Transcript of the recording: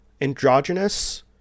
Androgynous